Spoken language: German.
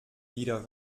wieder